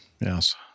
Yes